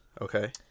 Okay